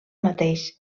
mateix